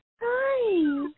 Hi